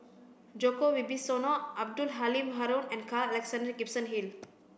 Djoko Wibisono Abdul Halim Haron and Carl Alexander Gibson Hill